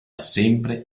sempre